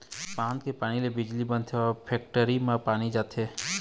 बांध के पानी ले बिजली बनथे, फेकटरी मन म पानी जाथे